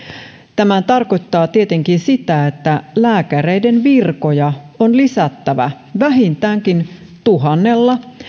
tämä tarkoittaa tietenkin sitä että lääkäreiden virkoja on lisättävä vähintäänkin tuhannella